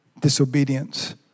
disobedience